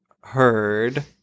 Heard